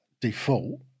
default